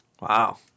wow